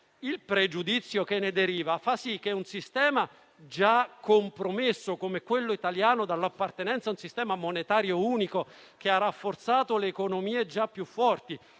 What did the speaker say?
Il pregiudizio che ne deriva fa sì che un sistema come quello italiano, già compromesso dall'appartenenza a un sistema monetario unico che ha rafforzato le economie già più forti